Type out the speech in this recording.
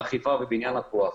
האכיפה ובניין הכוח.